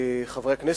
חברי הכנסת,